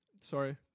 sorry